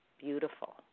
beautiful